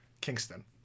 Kingston